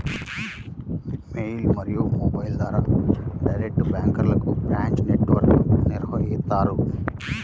mail మరియు మొబైల్ల ద్వారా డైరెక్ట్ బ్యాంక్లకు బ్రాంచ్ నెట్ వర్క్ను నిర్వహిత్తారు